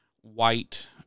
white